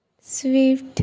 swift